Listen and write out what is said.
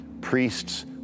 Priests